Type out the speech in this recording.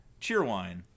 Cheerwine